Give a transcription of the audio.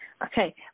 Okay